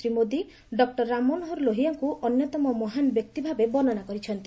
Shri Modi doctor Ram Manohar ଲୋହିଆଙ୍କୁ ଅନ୍ୟତମ ମହାନ ବ୍ୟକ୍ତି ଭାବେ ବର୍ଣ୍ଣନା କରିଛନ୍ତି